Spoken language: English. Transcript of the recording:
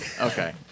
Okay